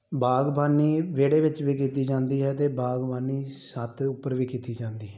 ਬਾਗਬਾਨੀ ਵਿਹੜੇ ਵਿੱਚ ਵੀ ਕੀਤੀ ਜਾਂਦੀ ਹੈ ਅਤੇ ਬਾਗਬਾਨੀ ਛੱਤ ਉੱਪਰ ਵੀ ਕੀਤੀ ਜਾਂਦੀ ਹੈ